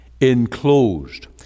enclosed